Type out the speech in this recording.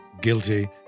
guilty